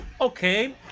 okay